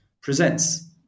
presents